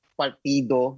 partido